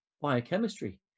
biochemistry